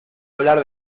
hablar